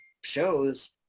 shows